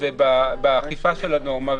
ובאכיפה של הנורמה,